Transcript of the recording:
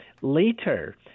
Later